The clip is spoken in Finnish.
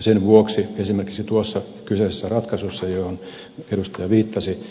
sen vuoksi esimerkiksi tuossa kyseisessä ratkaisussa johon edustaja viittasi